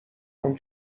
اون